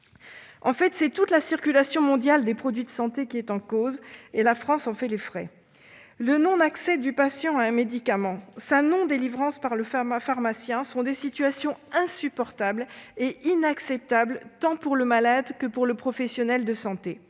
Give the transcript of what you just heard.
En fait, c'est toute la circulation mondiale des produits de santé qui est en cause, et la France en fait les frais. Le non-accès du patient à un médicament ou sa non-délivrance par le pharmacien est une situation insupportable et inacceptable, tant pour le malade que pour le professionnel de santé.